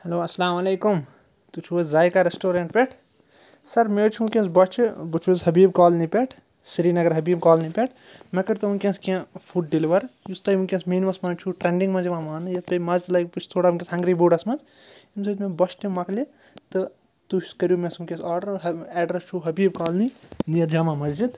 hello اَسلامُ علیکُم تُہۍ چھُو حظ زایکا رٮ۪سٹورنٛٹ پٮ۪ٹھ سَر مےٚ حظ چھُ وٕنکٮ۪س بۄچھِ بہٕ چھُس حبیٖب کالنی پٮ۪ٹھ سرینگر حبیٖب کالی پٮ۪ٹھ مےٚ کٔر تو وٕنکٮ۪س کیٚنٛہہ فُڈ ڈٮ۪لِوَر یُس تۄہہِ وٕنکٮ۪س مینُوَس منٛز چھُ ٹرٛنٛڈِنٛگ منٛز یِوان مانٛنہٕ یَتھ بیٚیہِ مَزٕ تہِ لَگہِ بہٕ چھُس تھوڑا وٕنکٮ۪س ہنٛگری بوڈَس منٛز ییٚمہِ سۭتۍ مےٚ بۄچھ تہِ مۄکلہِ تہٕ تُہۍ کٔرِو مےٚ سُہ وٕنکٮ۪س آرڈر اٮ۪ڈرٮ۪س چھُ حبیٖب کالنی نیر جمع مَسجِد